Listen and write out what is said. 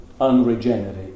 unregenerate